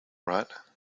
right